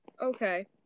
Okay